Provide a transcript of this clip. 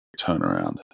turnaround